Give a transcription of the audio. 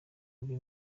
rwe